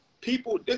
People